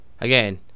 again